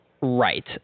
Right